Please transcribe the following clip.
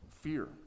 fear